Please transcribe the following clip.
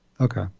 Okay